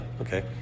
Okay